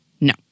No